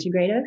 Integrative